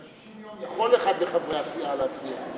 ב-60 יום יכול אחד מחברי הסיעה להצביע,